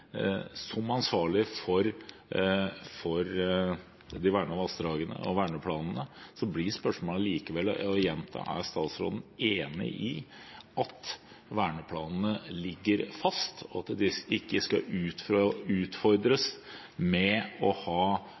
Som ansvarlig for de vernede vassdragene og verneplanene, blir spørsmålet likevel – og jeg gjentar: Er statsråden enig i at verneplanene ligger fast, og at de ikke skal utfordres ved å ha